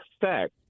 Fact